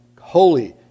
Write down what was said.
holy